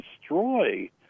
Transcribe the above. destroy